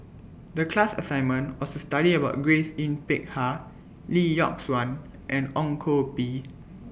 The class assignment was to study about Grace Yin Peck Ha Lee Yock Suan and Ong Koh Bee